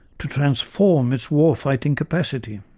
to transform its war-fighting capacity.